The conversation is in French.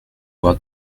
voir